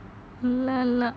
இல்ல இல்ல:illa illa